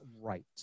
right